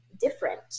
different